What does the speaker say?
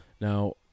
Now